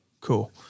Cool